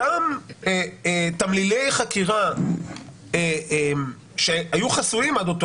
אותם תמלילי חקירה שהיו חסויים עד אותו